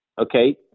Okay